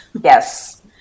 Yes